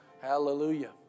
Hallelujah